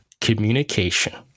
communication